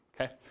okay